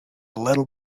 little